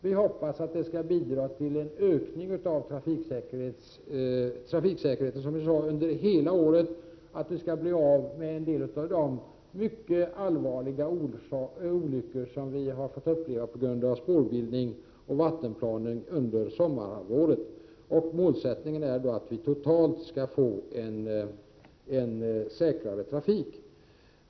Vi hoppas att det skall bidra till en ökning av trafiksäkerheten under hela året och att vi skall bli av med en del av de mycket allvarliga olyckor som vi har fått uppleva på grund av spårbildning och vattenplaning under sommarhalvåret. Målsättningen är att vi totalt skall få en säkrare trafik.